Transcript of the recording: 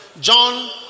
John